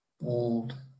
bold